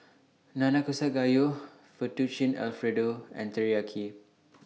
Nanakusa Gayu Fettuccine Alfredo and Teriyaki